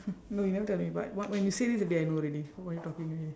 no you never tell me but what when you say this already I know already what you talking already